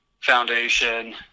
foundation